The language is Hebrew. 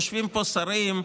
יושבים פה שרים,